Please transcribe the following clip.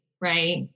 right